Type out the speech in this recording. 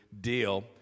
deal